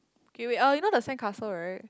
okay wait uh you know the sand castle right